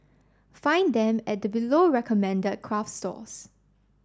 find them at the below recommended craft stores